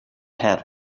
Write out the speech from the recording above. have